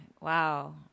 Wow